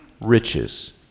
riches